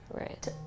Right